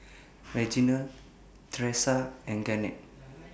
Reginald Tresa and Garnet